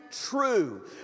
True